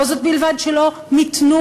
לא זאת בלבד שלא ניתנו,